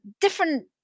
different